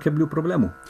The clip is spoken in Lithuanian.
keblių problemų